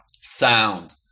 sound